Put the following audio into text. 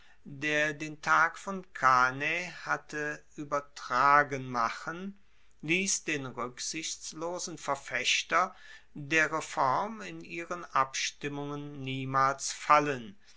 der den tag von cannae hatte uebertragen machen liess den ruecksichtslosen verfechter der reform in ihren abstimmungen niemals fallen